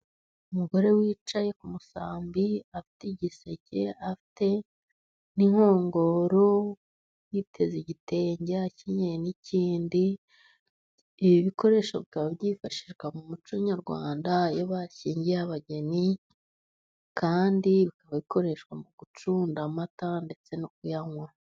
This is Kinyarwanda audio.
Umugore wicaye ku musambi, afite igiseke, afite inkongoro, yiteze igitenge, akenyeye n' ikindi; ibi bikoresho bikaba byifashishwa, mu muco nyarwanda iyo bashyingiye abageni kandi ikaba ikoreshwa mu gucunda amata ndetse no kuyanywa.